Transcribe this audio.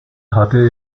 hatte